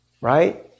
Right